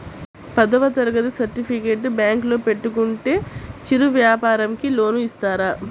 పదవ తరగతి సర్టిఫికేట్ బ్యాంకులో పెట్టుకుంటే చిరు వ్యాపారంకి లోన్ ఇస్తారా?